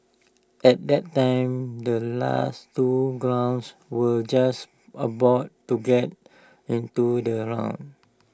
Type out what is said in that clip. at that time the last two grounds were just about to get onto the round